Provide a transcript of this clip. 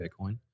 Bitcoin